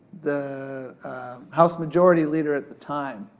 the house majority leader at the time,